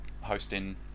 hosting